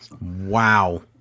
Wow